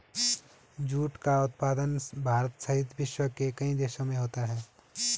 jute का उत्पादन भारत सहित विश्व के कई देशों में होता है